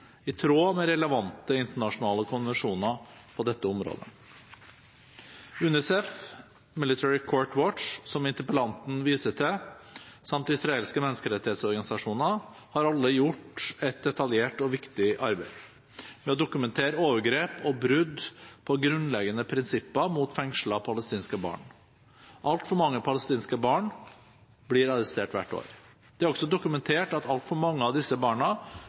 i tråd med relevante internasjonale konvensjoner på dette området. UNICEF, Military Court Watch, som interpellanten viser til, samt israelske menneskerettighetsorganisasjoner har alle gjort et detaljert og viktig arbeid med å dokumentere overgrep og brudd på grunnleggende prinsipper mot fengslede palestinske barn. Altfor mange palestinske barn blir arrestert hvert år. Det er også dokumentert at altfor mange av disse barna